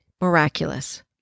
miraculous